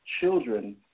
children